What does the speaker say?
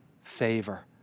favor